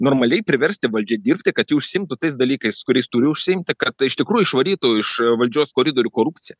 normaliai priversti valdžią dirbti kad ji užsiimtų tais dalykais kuriais turi užsiimti kad iš tikrųjų išvarytų iš valdžios koridorių korupciją